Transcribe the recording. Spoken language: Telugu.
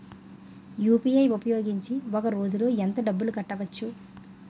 యు.పి.ఐ ఉపయోగించి ఒక రోజులో ఎంత డబ్బులు కట్టవచ్చు?